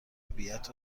طبیعت